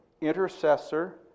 intercessor